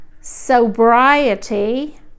sobriety